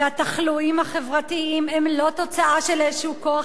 והתחלואים החברתיים הם לא תוצאה של איזה כוח